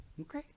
Okay